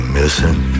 missing